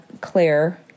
claire